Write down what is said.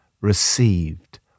received